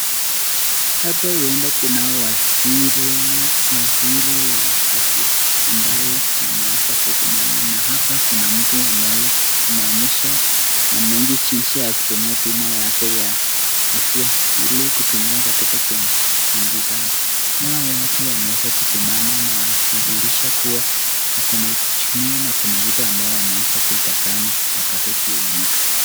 Hapa huenda kuna waziri waziri wa afya ambaye ameweza kusimama na hapa kuna mtu ambaye anaonyesha wananchi jinsi ya kutumia bima yake ya afya ili kutumia katika kumvita. Hawa watu wameweza kusimama na wanadhihirisha kuwa wako na jumuiya na kuna kitu ambavyo wanaweza kuitazama wapate kuelimika.